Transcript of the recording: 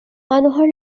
মানুহৰ